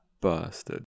busted